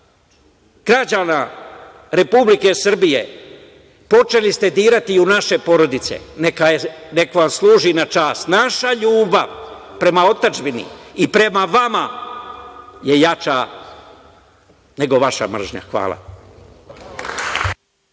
građana Republike Srbije, počeli ste dirati i u naše porodice. Neka vam služi na čast. Naša ljubav prema otadžbini i prema vama je jača nego vaša mržnja. Hvala.